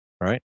right